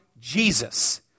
Jesus